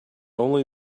only